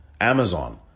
Amazon